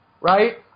Right